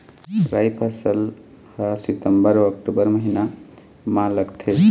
राई फसल हा सितंबर अऊ अक्टूबर महीना मा लगथे